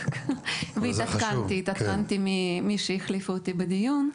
התעדכנתי ממי שהחליפה אותי בדיון.